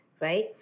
right